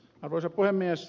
arvoisa puhemies